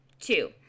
Two